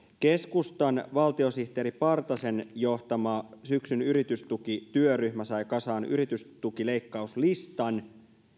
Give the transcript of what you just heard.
keskustan valtiosihteeri partasen johtama syksyn yritystukityöryhmä sai kasaan yritystukileikkauslistan